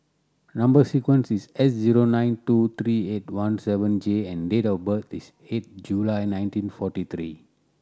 number sequence is S zero nine two three eight one seven J and date of birth is eight July nineteen forty three